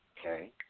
Okay